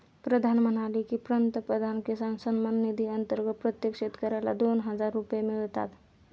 प्रधान म्हणाले की, पंतप्रधान किसान सन्मान निधी अंतर्गत प्रत्येक शेतकऱ्याला दोन हजार रुपये मिळतात